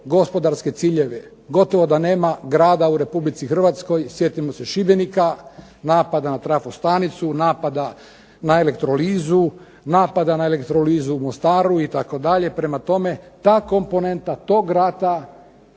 gospodarske ciljeve. Gotovo da nema grada u Republici Hrvatskoj sjedimo se Šibenika, napada na trafostanicu, napada na elektrolizu, napada na elektrolizu u Mostaru itd. prema tome, ta komponenta tog rata